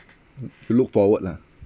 look forward lah